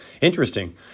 Interesting